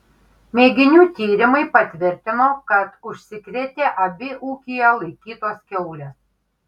mėginių tyrimai patvirtino kad užsikrėtė abi ūkyje laikytos kiaulės